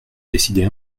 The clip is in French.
décider